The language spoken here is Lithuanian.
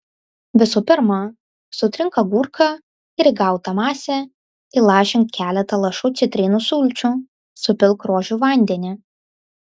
visų pirma sutrink agurką ir į gautą masę įlašink keletą lašų citrinų sulčių supilk rožių vandenį